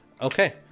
Okay